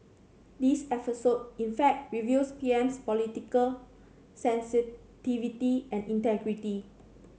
this episode in fact reveals PM's political sensitivity and integrity